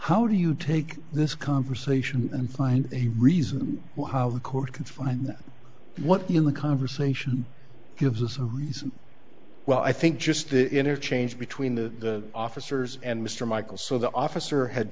how do you take this conversation and find a reason why how the court can find one in the conversation gives us a reason well i think just the interchange between the officers and mr michael so the officer had